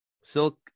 Silk